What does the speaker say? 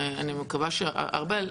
אני מקווה ארבל,